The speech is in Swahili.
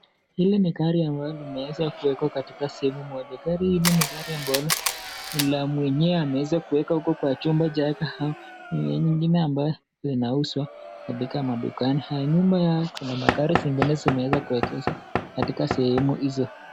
Hili ni gari ambalo limeweza kuwekwa katika sehemu moja gari hili ni gari ambalo ni la mwenyewe ameweza kuweka huko kwa chumba chake au linauzwa katika madukani. Nyuma yao kuna magari zingine zimeweza kuegezwa katika sehemu hizo.